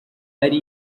ari